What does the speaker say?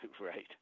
Right